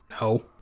No